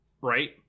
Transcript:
Right